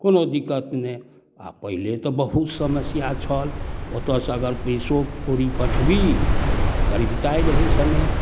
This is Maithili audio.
कोनो दिक्कत नहि आओर पहिले तऽ बहुत समस्या छल ओतऽसँ अगर पइसो कौड़ी पठबी तऽ गरिबताइ रहै समय